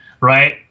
right